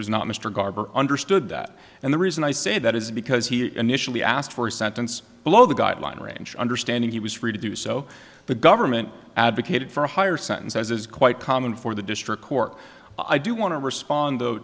was not mr garber understood that and the reason i say that is because he initially asked for a sentence below the guideline range understanding he was free to do so the government advocated for a higher sentence as is quite common for the district court i do want to respond though